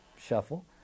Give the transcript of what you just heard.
shuffle